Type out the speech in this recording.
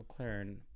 McLaren